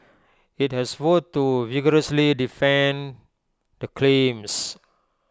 IT has vowed to vigorously defend the claims